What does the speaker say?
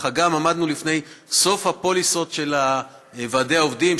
גם עמדנו לפני סוף הפוליסות של ועדי העובדים,